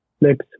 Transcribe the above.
Next